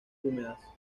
húmedas